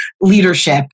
leadership